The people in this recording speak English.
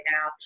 now